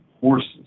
horses